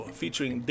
featuring